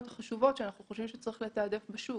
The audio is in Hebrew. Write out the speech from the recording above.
החשובות שאנחנו חושבים שצריך לתעדף בשוק.